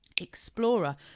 Explorer